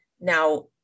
Now